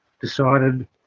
decided